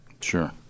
Sure